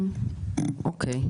אוקי.